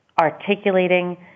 articulating